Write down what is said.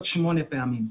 עוד שמונה פעמים.